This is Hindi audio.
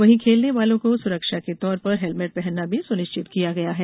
वहीं खेलने वालों को सुरक्षा के तौर पर हेलमेट पहनना भी सुनिश्चित किया गया है